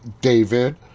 David